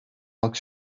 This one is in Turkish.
halk